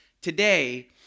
today